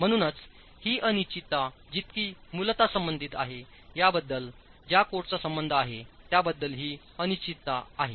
म्हणूनच ही अनिश्चितता जितकी मूलतः संबंधित आहेयाबद्दलज्या कोडचा संबंध आहे त्याबद्दल ही अनिश्चितताआहे